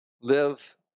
live